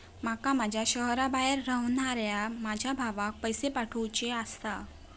माका माझ्या शहराबाहेर रव्हनाऱ्या माझ्या भावाक पैसे पाठवुचे आसा